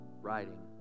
Writing